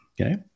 Okay